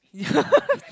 yeah